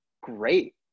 great